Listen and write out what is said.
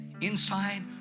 inside